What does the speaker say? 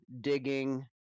digging